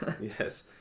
Yes